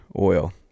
Oil